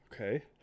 Okay